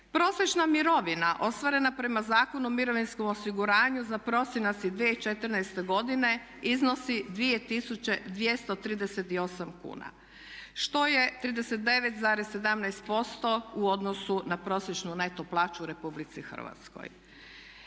Prosječna mirovina ostvarena prema Zakonu o mirovinskom osiguranju za prosinac 2014. godine iznosi 2238 kn što je 39,17% u odnosu na prosječnu neto plaću u Republici Hrvatskoj.